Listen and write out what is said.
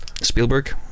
Spielberg